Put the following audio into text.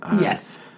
Yes